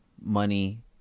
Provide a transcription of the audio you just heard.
money